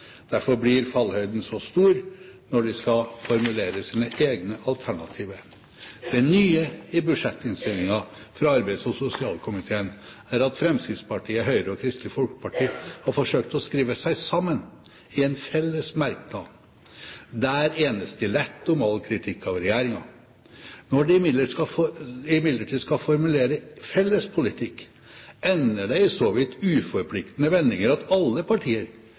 Derfor blir fallhøyden så stor når de skal formulere sine egne alternativer. Det nye i budsjettinnstillingen fra arbeids- og sosialkomiteen er at Fremskrittspartiet, Høyre og Kristelig Folkeparti har forsøkt å skrive seg sammen i en felles merknad. Der enes de lett om all kritikk av regjeringen. Når de imidlertid skal formulere felles politikk, ender det i så vidt uforpliktende vendinger at alle partier,